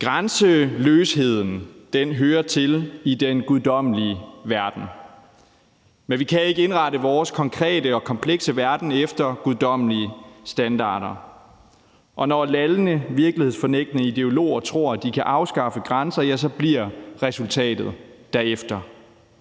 Grænseløsheden hører til i den guddommelige verden, men vi kan ikke indrette vores konkrete og komplekse verden efter guddommelige standarder, og når lallende, virkelighedsfornægtende ideologer tror, at de kan afskaffe grænser, ja, så bliver resultatet derefter.